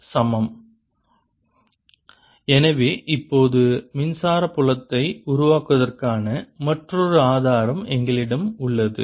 ds B∂t எனவே இப்போது மின்சாரத் புலத்தை உருவாக்குவதற்கான மற்றொரு ஆதாரம் எங்களிடம் உள்ளது